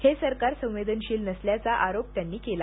हे सरकार संवेदनशील नसल्याचा आरोप त्यांनी केला